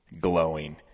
glowing